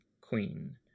queen